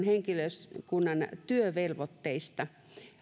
henkilökunnan työvelvoitteista